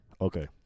Okay